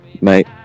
mate